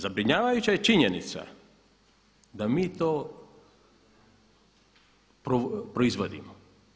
Zabrinjavajuća je činjenica da mi to proizvodimo.